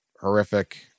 horrific